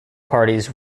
parties